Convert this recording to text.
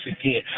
again